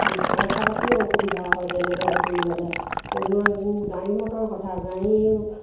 পইচা পাতিৰো অসুবিধা হয় তেনেকৈ হেৰি হ'লে গাড়ী মটৰৰ কথা গাড়ী